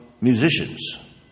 musicians